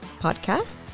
podcast